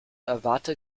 erwarte